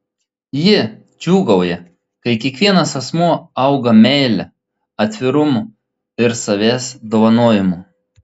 ji džiūgauja kai kiekvienas asmuo auga meile atvirumu ir savęs dovanojimu